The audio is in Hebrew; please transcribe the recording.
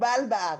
ושמקובל בארץ.